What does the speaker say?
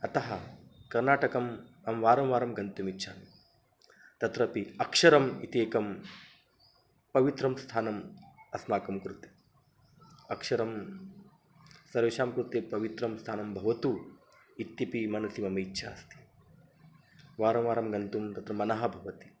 अतः कर्नाटकम् अहं वारं वारं गन्तुमिच्छामि तत्रपि अक्षरम् इति एकं पवित्रं स्थानम् अस्माकं कृते अक्षरं सर्वेषां कृते पवित्रं स्थानं भवतु इत्यपि मनसि मम इच्छा अस्ति वारं वारं गन्तुं तत्र मनः भवति